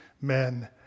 men